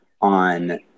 on